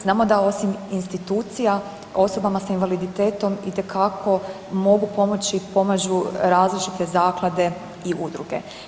Znamo da osim institucija osobama s invaliditetom itekako mogu pomoći i pomažu različite zaklade i udruge.